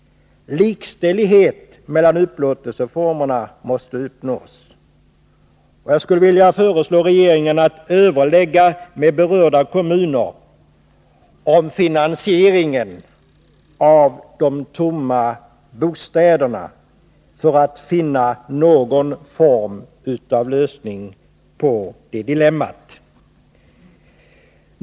Likställighet mellan upplåtelseformerna måste uppnås. Jag skulle också vilja föreslå regeringen att överlägga med berörda kommuner om finansieringen av de tomma bostäderna, för att finna någon form av lösning på det dilemmat.